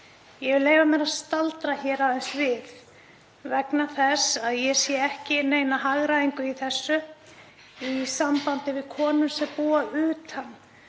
Ég vil leyfa mér að staldra hér aðeins við vegna þess að ég sé ekki neina hagræðingu í þessu í sambandi fyrir konur sem búa utan